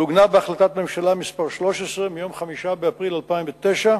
ועוגנה בהחלטת ממשלה מס' 13 מיום 5 באפריל 2009,